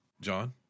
john